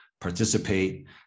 participate